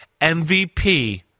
MVP